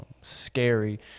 scary